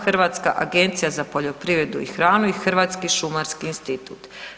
Hrvatska agencija za poljoprivredu i hranu i Hrvatski šumarski institut.